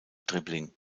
dribbling